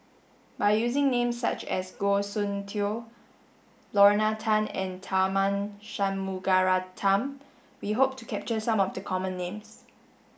by using names such as Goh Soon Tioe Lorna Tan and Tharman Shanmugaratnam we hope to capture some of the common names